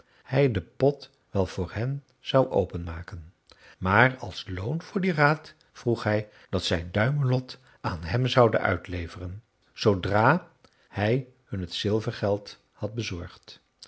hij den pot wel voor hen zou openmaken maar als loon voor dien raad vroeg hij dat zij duimelot aan hem zouden uitleveren zoodra hij hun het zilvergeld had bezorgd